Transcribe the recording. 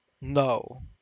No